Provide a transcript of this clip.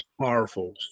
powerful